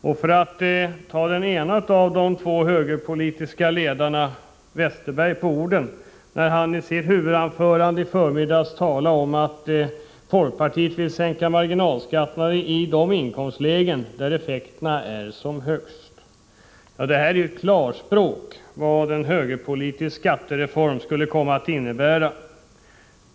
Jag tar den ene av de två högerpolitiska ledarna, Bengt Westerberg, på orden när han i sitt huvudanförande i förmiddags sade ”att man skall sänka marginalskatterna i de inkomstlägen där effekterna är som högst”. Det är i klarspråk vad en högerpolitisk skattereform skulle komma att innebära.